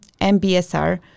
MBSR